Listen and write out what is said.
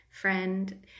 friend